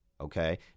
Okay